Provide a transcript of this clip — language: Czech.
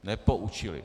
Nepoučili!